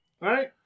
Right